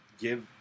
give